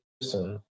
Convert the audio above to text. person